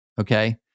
okay